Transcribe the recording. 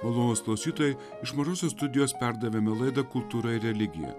malonūs klausytojai iš mažosios studijos perdavėme laidą kultūra ir religija